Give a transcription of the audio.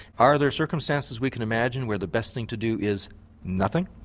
are there circumstances we can imagine where the best thing to do is nothing?